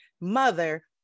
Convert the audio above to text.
mother